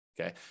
Okay